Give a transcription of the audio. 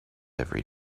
every